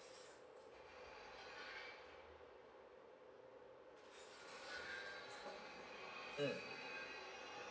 mm